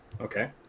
Okay